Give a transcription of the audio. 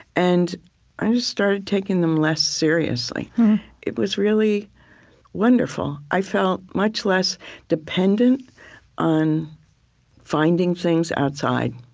and i just started taking them less seriously it was really wonderful. i felt much less dependent on finding things outside,